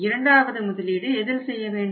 இரண்டாவது முதலீடு எதில் செய்ய வேண்டும்